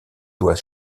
doit